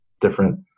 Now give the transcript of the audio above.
different